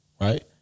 Right